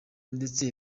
ndetse